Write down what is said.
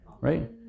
right